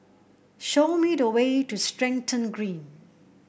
show me the way to Stratton Green